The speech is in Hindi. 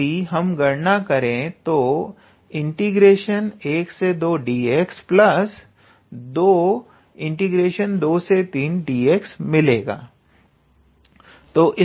तो यदि हम गणना करें तो 12dx223dx मिलेगा